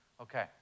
Okay